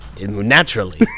naturally